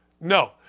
No